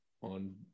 on